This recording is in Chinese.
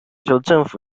政府